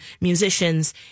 musicians